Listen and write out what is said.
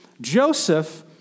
Joseph